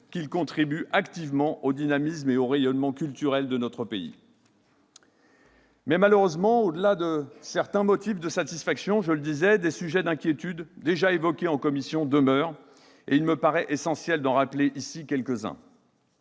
qu'ils contribuent activement au dynamisme et au rayonnement culturel de notre pays. Malheureusement, au-delà de certains motifs de satisfaction, des sujets d'inquiétude, déjà évoqués en commission, demeurent. Il me paraît essentiel d'en rappeler ici quelques-uns.